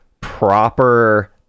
proper